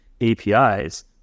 APIs